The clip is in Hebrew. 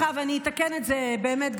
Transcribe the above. ואני אתקן את זה באמת,